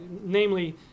namely